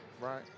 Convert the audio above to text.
Right